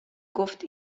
گفت